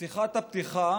בשיחת הפתיחה